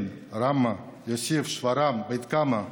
ברשות יושב-ראש הכנסת, הינני מתכבד להודיעכם,